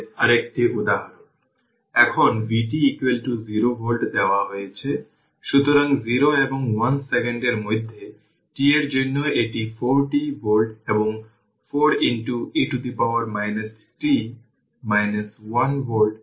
সুতরাং এই ক্ষেত্রে যদি আপনি এই 2টি টার্মিনাল জুড়ে r খুঁজে বের করার চেষ্টা করেন তাহলে এই 5 Ω এবং 15 Ω তাই 20 Ω হলেও থেভেনিন রেজিস্ট্যান্স কী হবে